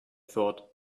thought